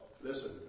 listen